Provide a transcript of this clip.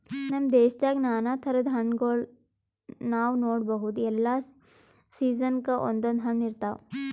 ನಮ್ ದೇಶದಾಗ್ ನಾನಾ ಥರದ್ ಹಣ್ಣಗೋಳ್ ನಾವ್ ನೋಡಬಹುದ್ ಎಲ್ಲಾ ಸೀಸನ್ಕ್ ಒಂದೊಂದ್ ಹಣ್ಣ್ ಇರ್ತವ್